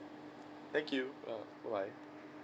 thank you ah bye bye